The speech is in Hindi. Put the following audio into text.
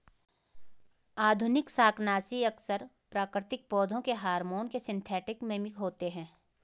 आधुनिक शाकनाशी अक्सर प्राकृतिक पौधों के हार्मोन के सिंथेटिक मिमिक होते हैं